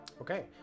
Okay